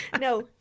No